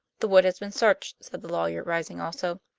the wood has been searched, said the lawyer, rising also.